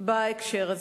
בהקשר הזה.